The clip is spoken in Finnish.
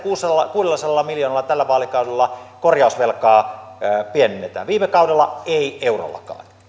kuudellasadalla miljoonalla tällä vaalikaudella korjausvelkaa pienennetään viime kaudella ei eurollakaan